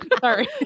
sorry